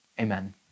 Amen